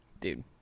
dude